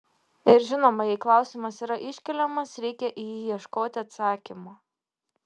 ir žinoma jei klausimas yra iškeliamas reikia į jį ieškoti atsakymo